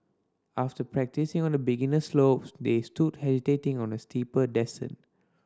after practising on the beginner slopes they stood hesitating on the steeper descent